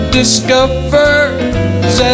discovers